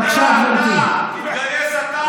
בבקשה, גברתי.